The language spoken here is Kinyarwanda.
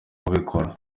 ubikora